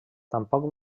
tampoc